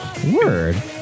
Word